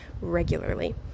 regularly